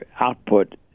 output